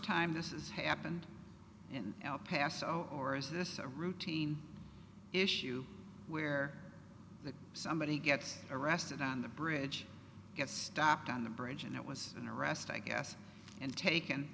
time this is happened in el paso or is this a routine issue where somebody gets arrested on the bridge get stopped on the bridge and it was an arrest i guess and taken